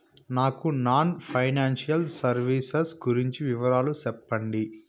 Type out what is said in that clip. నాకు non financial services గురించి వివరాలు సెప్పండి?